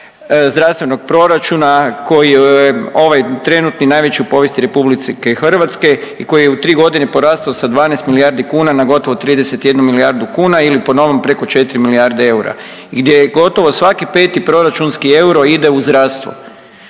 zdravstvenog proračuna koji je ovaj trenutni najveći u povijesti RH i koji je u 3.g. porastao sa 12 milijardi kuna na gotovo 31 milijardu kuna ili po novom preko 4 milijarde eura i gdje gotovo svaki 5. proračunski euro ide u zdravstvo.